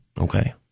okay